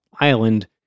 Island